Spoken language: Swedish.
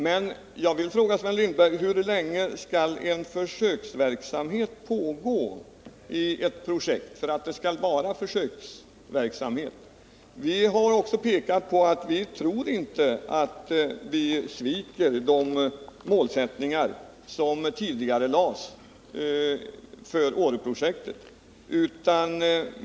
Men jag vill fråga Sven Lindberg: Hur länge kan en försöksverk samhet pågå för att det skall vara fråga om en försöksverksamhet? Jag har också pekat på att jag inte tror att vi sviker de målsättningar som tidigare lagts fast för Åreprojektet.